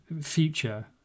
future